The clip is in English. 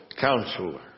Counselor